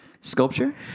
Sculpture